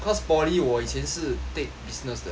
cause poly 我以前是 take business 的